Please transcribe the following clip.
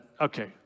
Okay